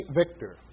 victor